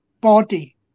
body